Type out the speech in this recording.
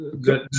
good